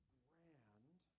grand